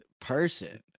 person